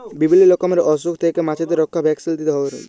বিভিল্য রকমের অসুখ থেক্যে মাছদের রক্ষা ভ্যাকসিল দিয়ে ক্যরে